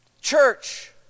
church